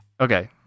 okay